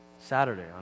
Saturday